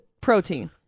protein